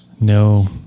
No